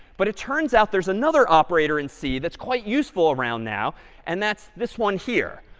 but it turns out there's another operator in c that's quite useful around now and that's this one here.